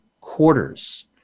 quarters